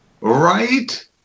right